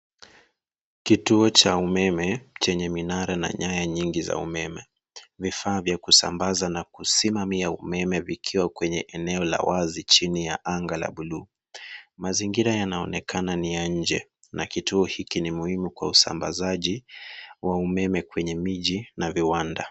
Kituo cha umeme chenye minare na nyaya nyingi za umeme. Vifaa vya kusambaza na kusimamia umeme vikiwa kwenye eneo la wazi chini ya anga la blue Mazingira yanaonekana ni ya nje na kituo hiki ni muhimu kwa usambazaji wa umeme kwenye miji na viwanda.